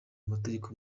amategeko